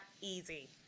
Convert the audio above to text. easy